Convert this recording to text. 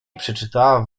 przeczytała